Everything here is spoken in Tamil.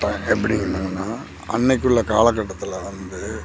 இன்னைக்கு உள்ள காலக்கட்டம் எப்படி அன்னைக்கு உள்ள காலக்கட்டத்தில் வந்து